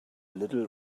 little